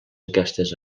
aquestes